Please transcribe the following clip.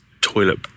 toilet